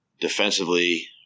defensively